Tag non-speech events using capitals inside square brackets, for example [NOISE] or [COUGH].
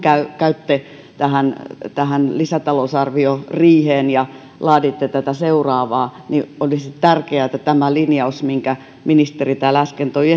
käytte lisätalousarvioriiheen ja laaditte seuraavaa niin olisi tärkeää että tämä linjaus minkä ministeri äsken toi [UNINTELLIGIBLE]